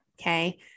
Okay